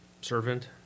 servant